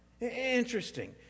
Interesting